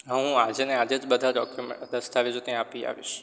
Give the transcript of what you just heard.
હું આજે ને આજે જ બધા દસ્તાવેજો ત્યાં આપી આવીશ